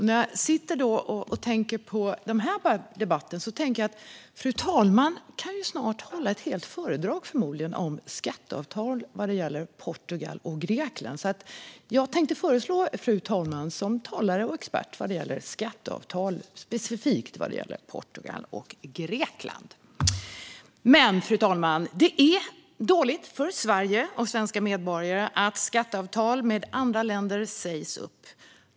När jag tänker på den här debatten tänker jag: Fru talmannen kan förmodligen snart hålla ett helt föredrag om skatteavtal vad gäller Portugal och Grekland, så jag tänkte föreslå fru talmannen som talare och expert vad gäller skatteavtal, specifikt när det gäller Portugal och Grekland. Men, fru talman, det är dåligt för Sverige och svenska medborgare att skatteavtal med andra länder sägs upp.